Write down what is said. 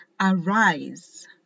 Arise